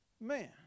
Man